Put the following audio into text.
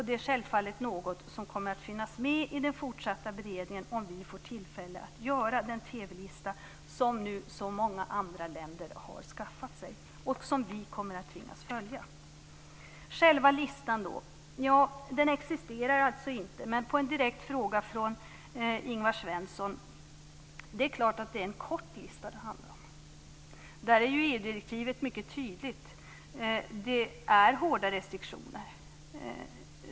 Det är självfallet något som kommer att finnas med i den fortsatta beredningen om vi får tillfälle att göra den TV-lista som så många andra länder har gjort och som vi kommer att tvingas följa. Låt mig sedan gå över till själva listan. Den existerar alltså inte. Men på en direkt fråga från Ingvar Svensson vill jag säga att det är klart att det är en kort lista det handlar om. Där är ju EU-direktivet mycket tydligt. Det är hårda restriktioner.